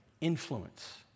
influence